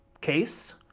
case